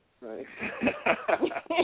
Right